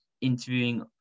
interviewing